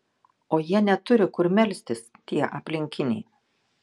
o jie neturi kur melstis tie aplinkiniai